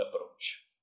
approach